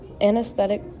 anesthetic